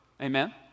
Amen